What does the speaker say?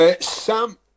Sam